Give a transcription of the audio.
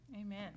Amen